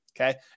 okay